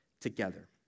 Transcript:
together